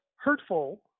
Hurtful